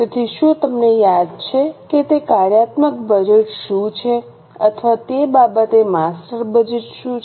તેથી શું તમને યાદ છે કે કાર્યાત્મક બજેટ શું છે અથવા તે બાબતે માસ્ટર બજેટ શું છે